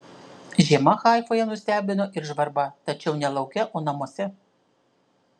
žiema haifoje nustebino ir žvarba tačiau ne lauke o namuose